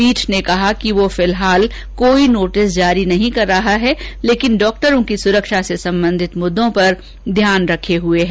पीठ ने कहा कि वह फिलहाल कोई नोटिस जारी नहीं कर रहा है लेकिन डॉक्टरों की सुरक्षा से संबंधित मुद्दों पर ध्यान रखे हए है